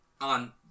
on